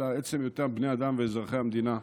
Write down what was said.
אלא מעצם היותם בני אדם ואזרחי המדינה.